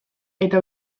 eta